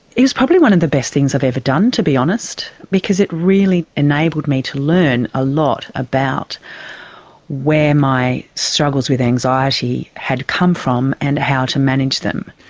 it was probably one of the best things i've ever done, to be honest, because it really enabled me to learn a lot about where my struggles with anxiety had come from and how to manage them.